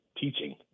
teaching